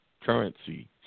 currency